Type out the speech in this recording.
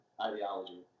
ideology